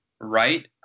right